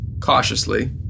cautiously